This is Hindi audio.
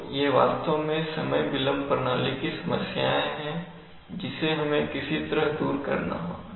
तो ये वास्तव में समय विलंब प्रणाली की समस्याएं हैं जिसे हमें किसी तरह दूर करना होगा